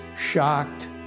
shocked